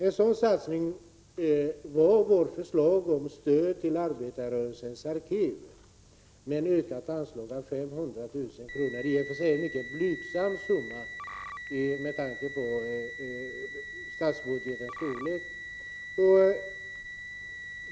En sådan satsning var vårt förslag om stöd till Arbetarrörelsens arkiv genom ett med 500 000 kr. ökat anslag. Det är i och för sig en mycket blygsam summa med tanke på statsbudgetens storlek.